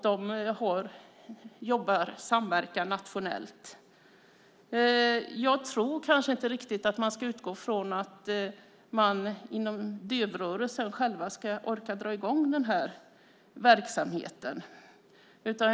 De jobbar och samverkar nationellt. Jag tror kanske inte riktigt att man ska utgå från att dövrörelsen själv ska orka dra i gång den här verksamheten.